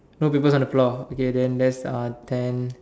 no papers on the floor okay then that's uh ten